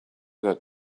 that